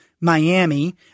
Miami